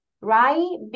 right